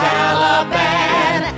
Taliban